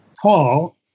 Paul